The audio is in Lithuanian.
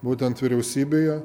būtent vyriausybėje